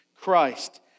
Christ